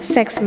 Sex